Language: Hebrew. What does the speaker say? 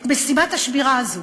את משימת השמירה הזאת,